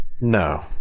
No